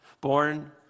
born